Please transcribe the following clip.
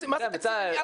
מה זה תקציב למניעת נשירה?